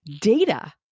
data